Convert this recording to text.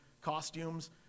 costumes